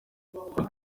batanu